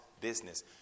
business